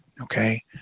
Okay